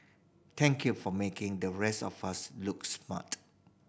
thank you for making the rest of look smart